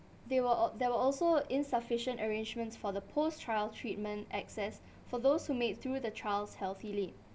they were there were also insufficient arrangements for the post trial treatment access for those who made through the trials healthily